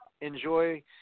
Enjoy